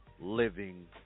living